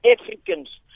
Africans